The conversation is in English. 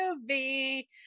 movie